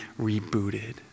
rebooted